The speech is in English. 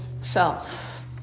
self